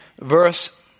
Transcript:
verse